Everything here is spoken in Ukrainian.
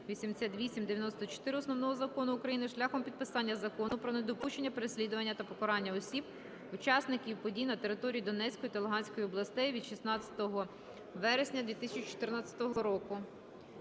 88, 94 Основного Закону України, шляхом підписання Закону "Про недопущення переслідування та покарання осіб - учасників подій на території Донецької та Луганської областей" від 16 вересня 2014 року.